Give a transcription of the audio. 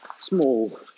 small